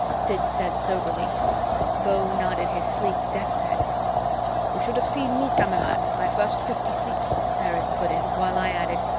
sid said soberly beau nodded his sleek death's head you should have seen me, kamerad, my first fifty sleeps, erich put in while i added,